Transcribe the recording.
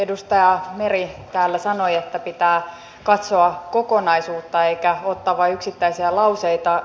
edustaja meri täällä sanoi että pitää katsoa kokonaisuutta eikä ottaa vain yksittäisiä lauseita